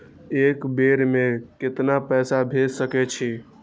एक बेर में केतना पैसा भेज सके छी?